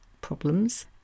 problems